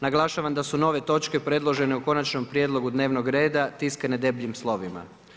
Naglašavam da su nove točke predložene u Konačnom prijedlogu dnevnog reda tiskane debljim slovima.